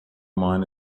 mine